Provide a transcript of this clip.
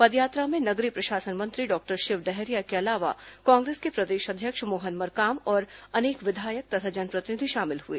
पदयात्रा में नगरीय प्रशासन मंत्री डॉक्टर शिव डहरिया के अलावा कांग्रेस के प्रदेश अध्यक्ष मोहन मरकाम और अनेक विधायक तथा जनप्रतिनिधि शामिल हुए